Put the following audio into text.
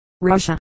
Russia